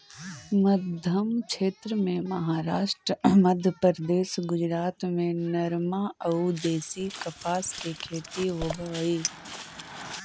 मध्मक्षेत्र में महाराष्ट्र, मध्यप्रदेश, गुजरात में नरमा अउ देशी कपास के खेती होवऽ हई